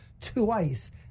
twice